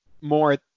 more